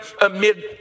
amid